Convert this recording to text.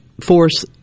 force